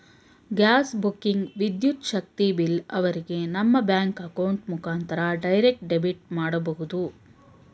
gas booking, ವಿದ್ಯುತ್ ಶಕ್ತಿ bill ಅವರಿಗೆ ನಮ್ಮ ಬ್ಯಾಂಕ್ ಅಕೌಂಟ್ ಮುಖಾಂತರ ಡೈರೆಕ್ಟ್ ಡೆಬಿಟ್ ಮಾಡಬಹುದು